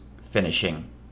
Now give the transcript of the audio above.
finishing